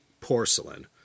porcelain